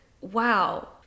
wow